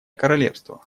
королевство